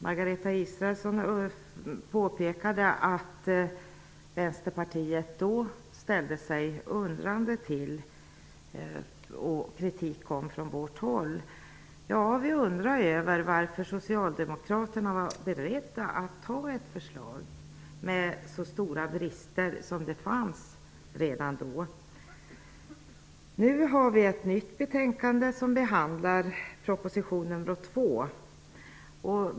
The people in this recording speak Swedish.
Margareta Israelsson påpekade att Vänsterpartiet då ställde sig undrande till detta. Det kom kritik från vårt håll. Vi undrade varför Socialdemokraterna var beredda att acceptera ett förslag med så stora brister. De fanns ju redan då. Nu har vi ett nytt betänkande som behandlar en andra proposition.